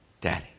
Daddy